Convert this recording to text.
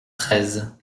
treize